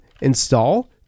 install